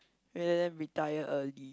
ya ya then retire early